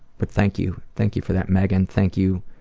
but thank you, thank you for that megan. thank you